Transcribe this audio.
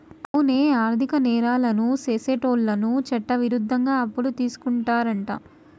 అవునే ఆర్థిక నేరాలను సెసేటోళ్ళను చట్టవిరుద్ధంగా అప్పులు తీసుకుంటారంట